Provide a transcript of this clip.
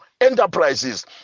enterprises